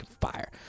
fire